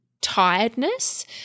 tiredness